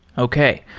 okay.